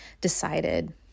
decided